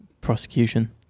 prosecution